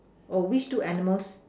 oh which two animals